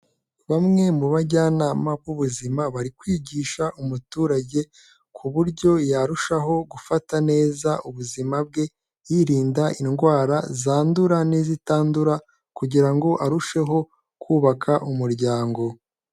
Bamwe mu bajyanama b'ubuzima bari kwigisha umuturage ku buryo yarushaho gufata neza ubuzima bwe, yirinda indwara zandura n'izitandura kugira ngo arusheho kubaka umuryango.